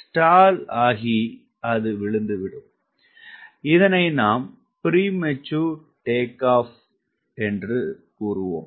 stall ஆகி விழுந்துவிடும் இதனை நாம் பிரீமெச்சூர் டேக் ஆப் என்போம்